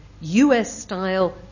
US-style